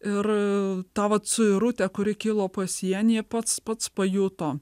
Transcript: ir ta vat suirutė kuri kilo pasienyje pats pats pajuto